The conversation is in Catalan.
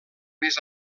més